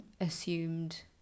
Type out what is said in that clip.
assumed